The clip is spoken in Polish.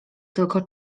tylko